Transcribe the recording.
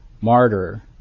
martyr